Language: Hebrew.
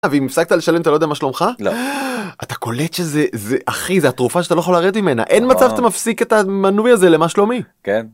‫אבל אם הפסקת לשלם, ‫אתה לא יודע מה שלומך? ‫-לא. -‫אתה קולט שזה... זה... ‫אחי, זו התרופה שאתה לא יכול לרדת ממנה. ‫אין מצב שאתה מפסיק את המנוי הזה ‫ל"מה שלומי". ‫-כן.